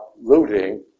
looting